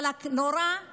אבל מה שנורא הוא